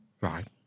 Right